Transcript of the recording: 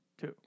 Two